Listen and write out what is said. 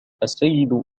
السيد